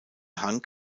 hang